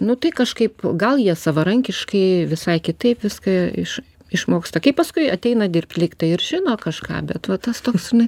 nu tai kažkaip gal jie savarankiškai visai kitaip viską iš išmoksta kai paskui ateina dirbt lyg tai ir žino kažką bet va tas toks žinai